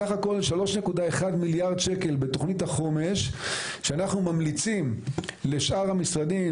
סך הכול 3.1 מיליארד שקלים בתוכנית החומש שאנחנו ממליצים לשאר המשרדים,